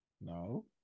no